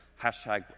hashtag